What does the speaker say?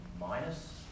minus